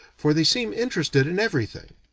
for they seem interested in everything.